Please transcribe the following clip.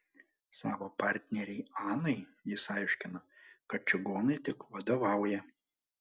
savo partnerei anai jis aiškino kad čigonai tik vadovauja